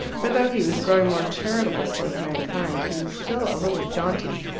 for though he was growing more charitable towards mankind, he was still a little jaunty,